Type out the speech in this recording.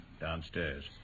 downstairs